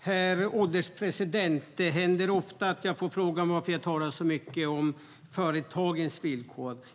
Herr ålderspresident! Det händer ofta att jag får frågan varför jag talar så mycket om företagens villkor.